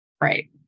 Right